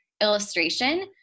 illustration